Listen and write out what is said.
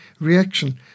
reaction